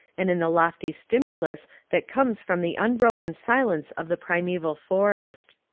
and in the lofty stimulus that comes from the un broken silence of the primeval forest.